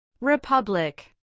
Republic